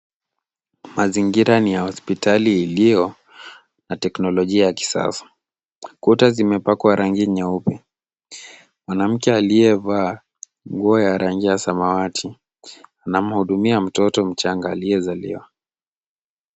Mazingira ni ya hospitali iliyo na teknolojia ya kisasa. Ukuta zimepakwa rangi nyeupe. Mwanamke aliyevaa nguo ya rangi ya samawati anamhudumia mtoto mchanga aliyezaliwa.